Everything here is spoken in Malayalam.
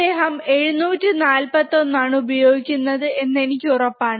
അദ്ദേഹം 741 ആണ് ഉപയോഗിക്കുന്നത് എന്ന് എനിക്ക് ഉറപ്പാണ്